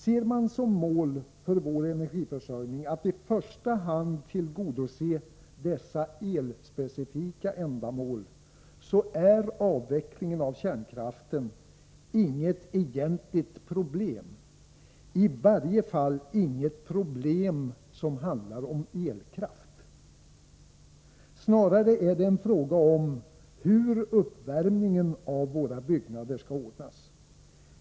Ser man som mål för vår elförsörjning att i första hand tillgodose dessa elspecifika ändamål, så är avvecklingen av kärnkraften inget egentligt problem, i varje fall inget problem som handlar om elkraft. Snarare är det en fråga om hur uppvärmningen av våra byggnader skall ordnas.